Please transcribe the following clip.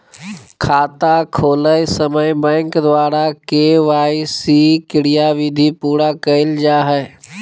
खाता खोलय समय बैंक द्वारा के.वाई.सी क्रियाविधि पूरा कइल जा हइ